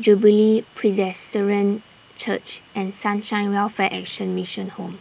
Jubilee Presbyterian Church and Sunshine Welfare Action Mission Home